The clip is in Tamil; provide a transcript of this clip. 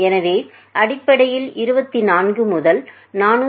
எனவே அடிப்படையில் 24 முதல் 424